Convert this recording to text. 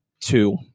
two